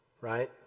right